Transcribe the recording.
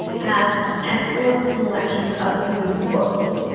has an excellent selection of used books.